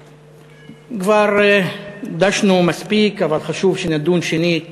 כבר דשנו מספיק, אבל חשוב שנדון שנית